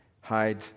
hide